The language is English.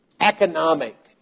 economic